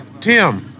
Tim